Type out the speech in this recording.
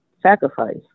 sacrifice